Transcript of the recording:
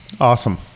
awesome